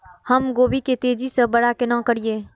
हम गोभी के तेजी से बड़ा केना करिए?